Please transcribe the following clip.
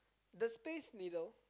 the space needle